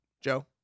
Joe